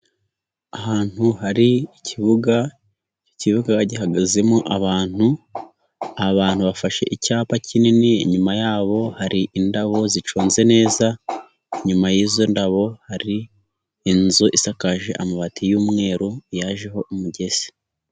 Ahantu hari ikibuga, ikibuga gihagazemo abantu, abantu bafashe icyapa kinini inyuma yabo hari indabo ziconze neza, inyuma y'izo ndabo hari inzu isakaje amabati y'umweru yajeho umugese.